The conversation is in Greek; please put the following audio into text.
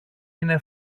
είναι